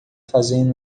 fazendo